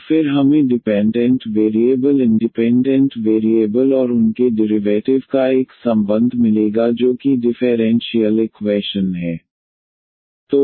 और फिर हमें डिपेंडेंट वेरिएबल इंडिपेंडेंट वेरिएबल और उनके डिरिवैटिव का एक संबंध मिलेगा जो कि डिफेरेंशीयल इक्वैशन है